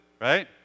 right